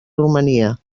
romania